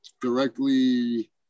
directly